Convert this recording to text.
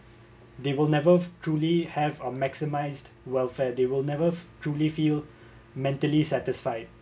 they will never truly have a maximised welfare they will never truly feel mentally satisfied